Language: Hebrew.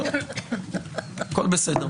זה כמובן